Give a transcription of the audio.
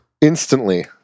Instantly